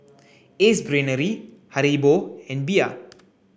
Ace Brainery Haribo and Bia